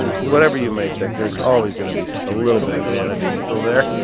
whatever you may think, there's always going to be a little bit of vanity still there